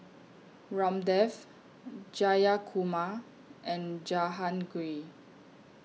Ramdev Jayakumar and Jehangirr